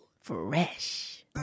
Fresh